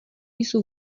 jsou